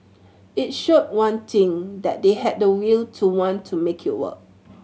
it showed one thing that they had the will to want to make it work